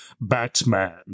batman